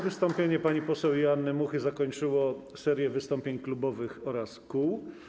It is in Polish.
Wystąpienie pani poseł Joanny Muchy zakończyło serię wystąpień klubowych oraz kół.